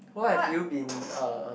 what have you been uh